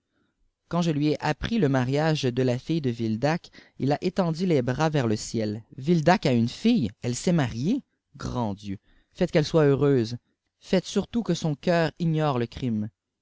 quand je lui ai appris le mariage de la fille de yildac il a étendu les bras vers le ciel yildac a une fille elle est mariée grand dieu faites qu'elle soit heureuse faites surtout que son cœur ignore le crime